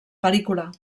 pel·lícula